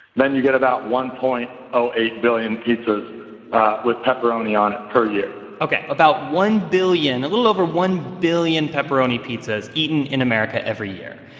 then you get about one point zero eight billion pizzas with pepperoni on it per year ok. about one billion a little over one billion pepperoni pizzas eaten in america every year.